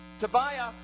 Tobiah